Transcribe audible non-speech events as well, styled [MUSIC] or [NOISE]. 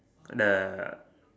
gonna [NOISE]